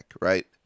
right